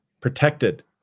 protected